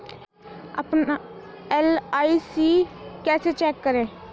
अपना एल.आई.सी कैसे चेक करें?